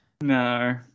No